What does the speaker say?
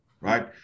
right